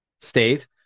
state